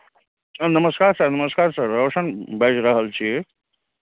sir नमस्कार sir नमस्कार sir Roshan बाजि रहल छी